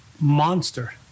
monster